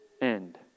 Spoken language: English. end